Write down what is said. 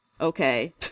okay